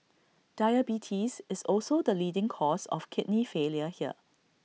diabetes is also the leading cause of kidney failure here